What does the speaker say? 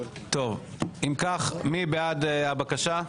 אם כך, מי בעד הבקשה?